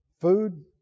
Food